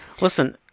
Listen